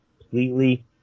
completely